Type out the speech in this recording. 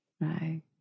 Right